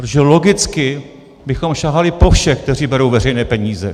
Protože logicky bychom sahali po všech, kteří berou veřejné peníze.